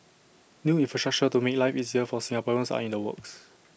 new infrastructure to make life easier for Singaporeans are in the works